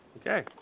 Okay